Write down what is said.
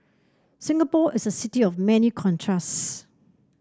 Singapore is a city of many contrasts